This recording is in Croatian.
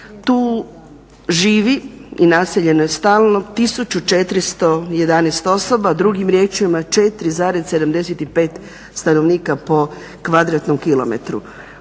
tu živi i naseljeno je stalno 1411 osoba, drugim riječima 4,75 stanovnika po kvadratnom kilometru.